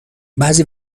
بعضی